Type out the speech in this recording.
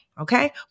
Okay